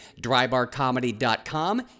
drybarcomedy.com